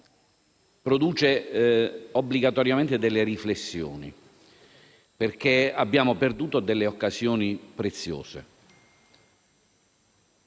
produce obbligatoriamente delle riflessioni, perché abbiamo perduto occasioni preziose: